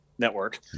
network